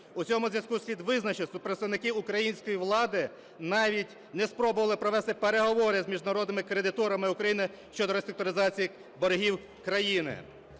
У цьому зв’язку слід визначити, що представники української влади навіть не спробували провести переговори з міжнародними кредиторами України щодо реструктуризації боргів країни.